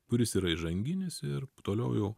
kuris yra įžanginis ir toliau jau